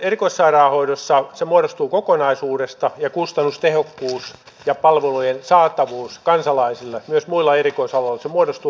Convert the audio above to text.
erikoissairaanhoidossa se muodostuu kokonaisuudesta ja kustannustehokkuus ja palvelujen saatavuus kansalaisille myös muilla erikoisaloilla muodostuu kokonaisuudesta